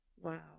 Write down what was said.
Wow